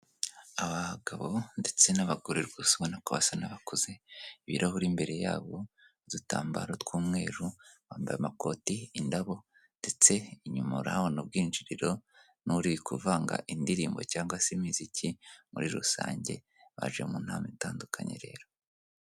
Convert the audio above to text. Abagabo ndetse n'abagore gusa ubona ko basa n'abakuze, ibirahuri imbere yabo udutambaro tw'umweru, bambaye amakoti, indabo ndetse inyuma urahabona ubwinjiriro n'uri kuvanga indirimbo cyangwa se imiziki muri rusange, baje mu nama itandukanye rero.